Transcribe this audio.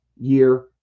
year